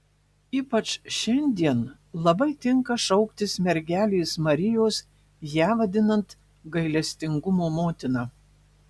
ypač šiandien labai tinka šauktis mergelės marijos ją vadinant gailestingumo motina